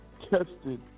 tested